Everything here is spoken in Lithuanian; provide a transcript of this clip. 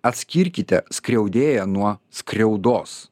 atskirkite skriaudėją nuo skriaudos